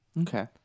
Okay